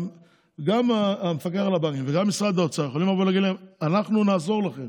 גם המפקח על הבנקים וגם משרד האוצר יכולים לומר להם: אנחנו נעזור לכם